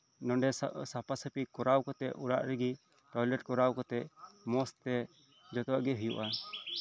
ᱱᱚᱰᱮ ᱥᱟᱯᱷᱟ ᱥᱟᱹᱯᱷᱤ ᱠᱚᱨᱟᱣ ᱠᱟᱛᱮᱜ ᱚᱲᱟᱜᱨᱮ ᱜᱮ ᱴᱚᱭᱞᱮᱴ ᱠᱚᱨᱟᱣ ᱠᱟᱛᱮᱜ ᱢᱚᱸᱡᱛᱮ ᱡᱚᱛᱚᱣᱟᱜ ᱜᱮ ᱦᱩᱭᱩᱜᱼᱟ